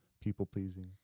people-pleasing